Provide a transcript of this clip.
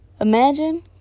Imagine